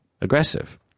aggressive